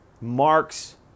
marks